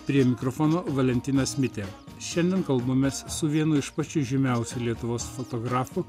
prie mikrofono valentinas mitė šiandien kalbamės su vienu iš pačių žymiausių lietuvos fotografu